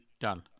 done